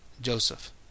joseph